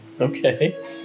okay